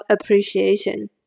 appreciation